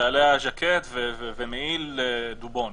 ועליה ז'קט ומעיל דובון.